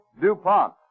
DuPont